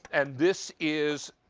and this is,